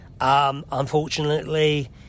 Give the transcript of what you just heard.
Unfortunately